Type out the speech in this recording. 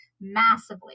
massively